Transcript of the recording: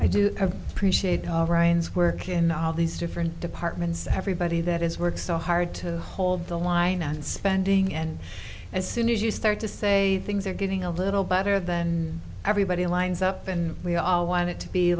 have appreciate brian's work in all these different departments everybody that has worked so hard to hold the line on spending and as soon as you start to say things are getting a little better than everybody lines up and we all want it to be